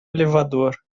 elevador